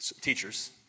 teachers